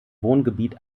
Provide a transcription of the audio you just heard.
wohngebiet